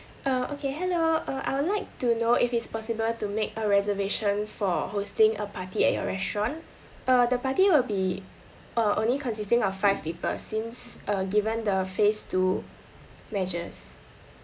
uh okay hello uh I would like to know if it's possible to make a reservation for hosting a party at your restaurant uh the party will be uh only consisting of five people since uh given the phase two measures